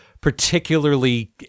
particularly